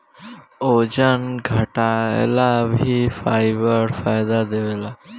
ओजन घटाएला भी फाइबर फायदा देवेला